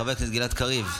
חבר הכנסת גלעד קריב.